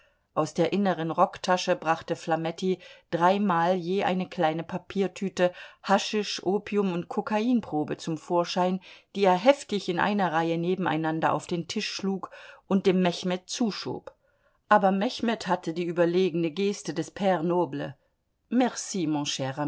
aus der inneren rocktasche brachte flametti dreimal je eine kleine papiertüte haschisch opium und kokainprobe zum vorschein die er heftig in einer reihe nebeneinander auf den tisch schlug und dem mechmed zuschob aber mechmed hatte die überlegene geste des pre noble merci